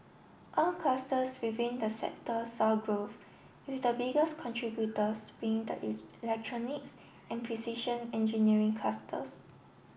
all clusters within the sector saw growth with the biggest contributors being the electronics and precision engineering clusters